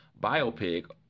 biopic